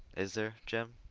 is there, jim?